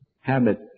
habit